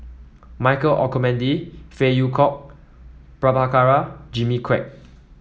Michael Olcomendy Phey Yew Kok Prabhakara Jimmy Quek